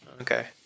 Okay